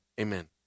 Amen